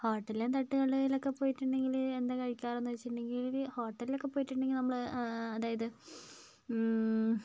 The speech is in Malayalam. ഹോട്ടലിലും തട്ടുകടയിലും ഒക്കെ പോയിട്ടുണ്ടെങ്കിൽ എന്താ കഴിക്കാറെന്ന് വെച്ചിട്ടുണ്ടെങ്കിൽ ഹോട്ടലിലൊക്കെ പോയിട്ടുണ്ടെങ്കിൽ നമ്മൾ അതായത്